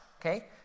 okay